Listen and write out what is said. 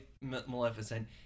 Maleficent